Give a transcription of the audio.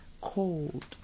Cold